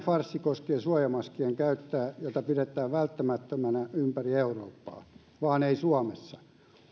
farssi koskee suojamaskien käyttöä jota pidetään välttämättömänä ympäri eurooppaa vaan ei suomessa